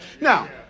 Now